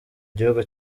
gihugu